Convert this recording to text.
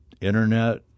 Internet